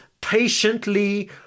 patiently